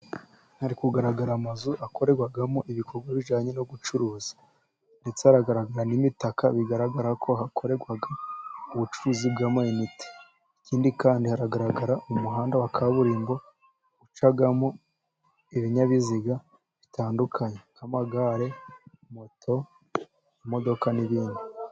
Hari kugaragara amazu akorerwamo ibikorwa bijyanye no gucuruza, ndetse hagaragara n'imitaka bigaragara ko hakorerwa ubucuruzi bw'amayinite, ikindi kandi hagaragara umuhanda wa kaburimbo ucamo ibinyabiziga bitandukanye nk'amagare, moto, imodoka n'ibindi.